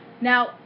Now